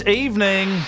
evening